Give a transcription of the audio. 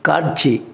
காட்சி